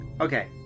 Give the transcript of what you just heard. Okay